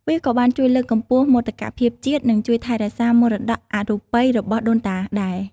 វាក៏បានជួយលើកកម្ពស់មោទកភាពជាតិ និងជួយថែរក្សាមរតកអរូបីរបស់ដូនតាដែរ។